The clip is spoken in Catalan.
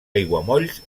aiguamolls